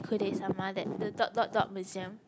Yaoi Kudesama that the dot dot dot museum